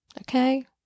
Okay